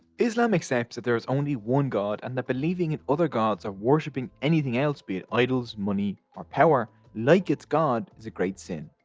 islam accepts that there is only one god and that believing in other gods or worshipping anything else be it idols, money, or power like it's god is a great sin.